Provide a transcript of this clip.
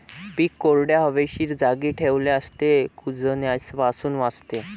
पीक कोरड्या, हवेशीर जागी ठेवल्यास ते कुजण्यापासून वाचते